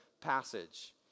passage